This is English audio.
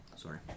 Sorry